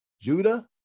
Judah